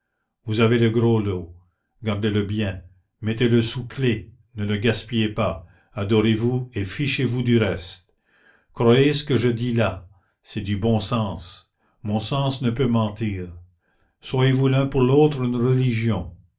vous avez le gros lot gardez-le bien mettez-le sous clef ne le gaspillez pas adorez vous et fichez vous du reste croyez ce que je dis là c'est du bon sens bon sens ne peut mentir soyez-vous l'un pour l'autre une religion